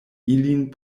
ilin